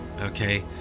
Okay